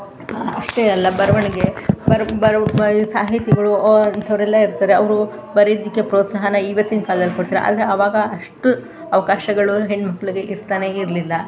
ಅಷ್ಟೇ ಅಲ್ಲ ಬರವಣಿಗೆ ಬರ ಬರ ಬ ಸಾಹಿತಿಗಳು ಅಂಥವ್ರೆಲ್ಲ ಇರ್ತಾರೆ ಅವರು ಬರಿಯೋದಕ್ಕೆ ಪ್ರೋತ್ಸಾಹನ ಇವತ್ತಿನ ಕಾಲದಲ್ಲಿ ಕೊಡ್ತಾರೆ ಆದರೆ ಆವಾಗ ಅಷ್ಟು ಅವಕಾಶಗಳು ಹೆಣ್ಣುಮಕ್ಳಿಗೆ ಇರ್ತಾನೆ ಇರಲಿಲ್ಲ